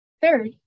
Third